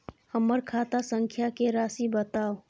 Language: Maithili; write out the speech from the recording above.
हमर खाता संख्या के राशि बताउ